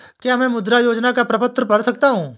क्या मैं मुद्रा योजना का प्रपत्र भर सकता हूँ?